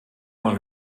want